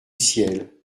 ciel